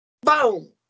Boom